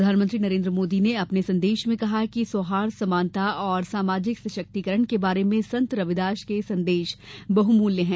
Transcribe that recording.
प्रधानमंत्री नरेन्द्र मोदी ने अपने संदेश में कहा कि सौहाई समानता और सामाजिक सशक्तिकरण के बारे में संत रविदास के संदेश बहूमूल्य हैं